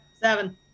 Seven